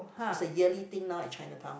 it's a yearly thing now in Chinatown